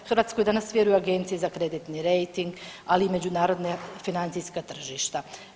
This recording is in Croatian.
Hrvatska danas vjeruje Agenciji za kreditni rejting, ali i međunarodna financijska tržišta.